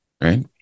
right